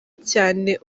cyane